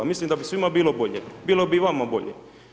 Mislim da bi svima bilo bolje, bilo bi i vama bolje.